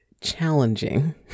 challenging